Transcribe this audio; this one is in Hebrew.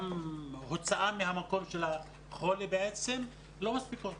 גם הוצאה מהמקום של החולי בעצם, השעות לא מספיקות.